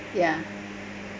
ya